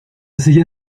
silla